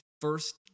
first